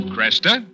Cresta